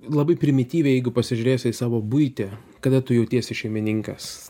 labai primityviai jeigu pasižiūrėsi į savo buitį kada tu jautiesi šeimininkas